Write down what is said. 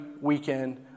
weekend